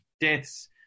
deaths